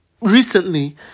recently